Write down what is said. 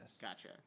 Gotcha